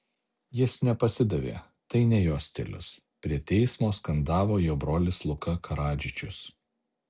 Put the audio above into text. jis nepasidavė tai ne jo stilius prie teismo skandavo jo brolis luka karadžičius